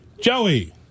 Joey